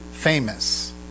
famous